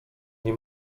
nie